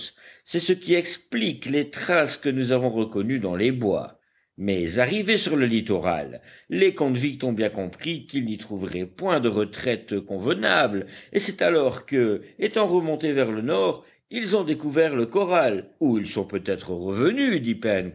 c'est ce qui explique les traces que nous avons reconnues dans les bois mais arrivés sur le littoral les convicts ont bien compris qu'ils n'y trouveraient point de retraite convenable et c'est alors que étant remontés vers le nord ils ont découvert le corral où ils sont peut-être revenus